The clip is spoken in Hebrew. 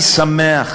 אני שמח